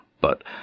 But